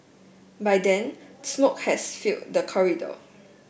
by then smoke had filled the corridor